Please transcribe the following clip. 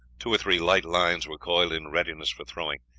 two or three light lines were coiled in readiness for throwing.